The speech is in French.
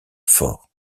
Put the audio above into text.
fort